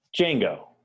django